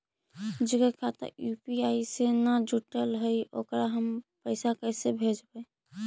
जेकर खाता यु.पी.आई से न जुटल हइ ओकरा हम पैसा कैसे भेजबइ?